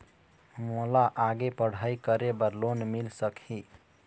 मोला आगे पढ़ई करे बर लोन मिल सकही?